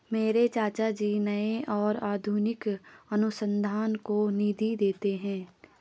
मेरे चाचा जी नए और आधुनिक अनुसंधान को निधि देते हैं